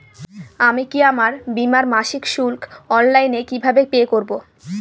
আমি কি আমার বীমার মাসিক শুল্ক অনলাইনে কিভাবে পে করব?